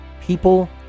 People